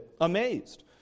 amazed